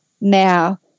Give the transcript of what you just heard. now